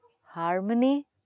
harmony